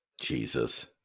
Jesus